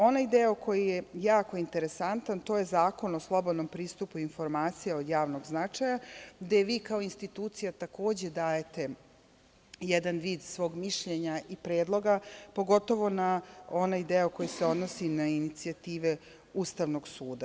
Onaj deo koji je jako interesantan, to je Zakon o slobodnom pristupu informacija od javnog značaja gde vi kao institucija takođe dajete jedan vid svog mišljenja i predloga, pogotovo na onaj deo koji se odnosi na inicijative Ustavnog suda.